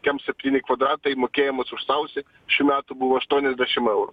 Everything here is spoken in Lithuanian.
kem septyni kvadratai mokėjimus už sausį šių metų buvo aštuoniasdešim eurų